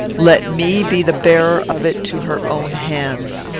let me be the bearer of it to her own hands.